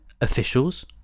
officials